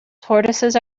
tortoises